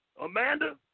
Amanda